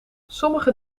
sommige